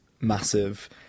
massive